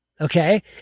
Okay